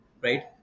right